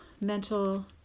mental